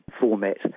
format